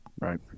Right